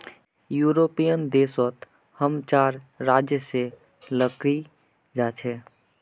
European देश सोत हम चार राज्य से लकड़ी जा छे